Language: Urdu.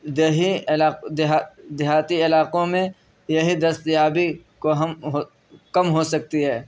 دیہی دیہاتی علاقوں میں یہی دستیابی کو ہم کم ہو سکتی ہے